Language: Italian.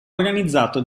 organizzato